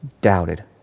doubted